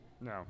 No